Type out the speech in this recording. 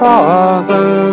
Father